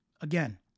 Again